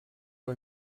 bei